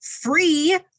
free